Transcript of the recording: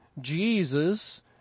Jesus